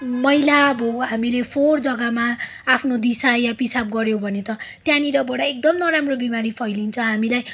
मैला भयो हामीले फोहोर जग्गामा आफ्नो दिसा या पिसाब गर्यौँ भने त त्यहाँनिरबाट एकदम नराम्रो बिमारी फैलिन्छ हामीलाई